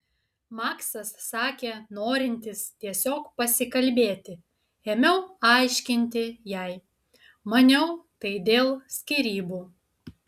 maksas sakė norintis tiesiog pasikalbėti ėmiau aiškinti jai maniau tai dėl skyrybų